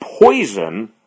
poison